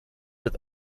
with